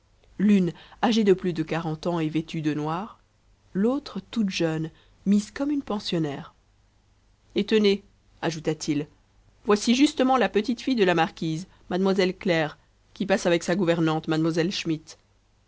l'une âgée de plus de quarante ans et vêtue de noir l'autre toute jeune mise comme une pensionnaire et tenez ajouta-t-il voici justement la petite-fille de la marquise mlle claire qui passe avec sa gouvernante mlle schmidt